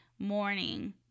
morning